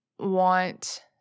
want